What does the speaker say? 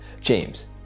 james